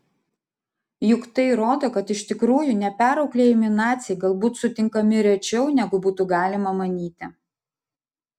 juk tai rodo kad iš tikrųjų neperauklėjami naciai galbūt sutinkami rečiau negu būtų galima manyti